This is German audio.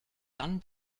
dann